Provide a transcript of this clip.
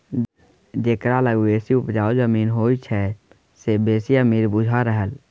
जकरा लग बेसी उपजाउ जमीन होइ छै से बेसी अमीर बुझा रहल